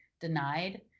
denied